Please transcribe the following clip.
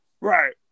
right